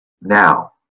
now